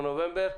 בנובמבר,